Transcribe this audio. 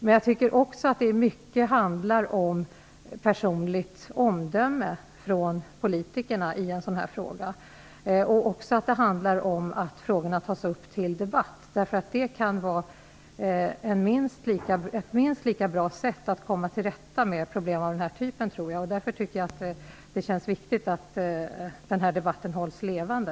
Men jag tycker också att det handlar mycket om personligt omdöme hos politikerna och om att frågorna tas upp till debatt. Det kan vara ett minst lika bra sätt att komma till rätta med problem av den här typen. Därför är det angeläget att debatten hålls levande.